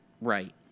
right